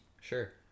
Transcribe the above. sure